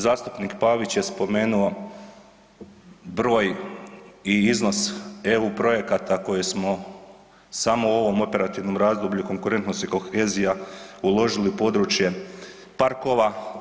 Zastupnik Pavić je spomenuo broj i iznos EU projekata koje smo samo u ovom Operativnom razdoblju Konkurentnost i kohezija uložili u područje parkova.